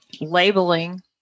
labeling